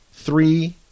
Three